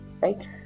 right